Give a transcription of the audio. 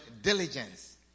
diligence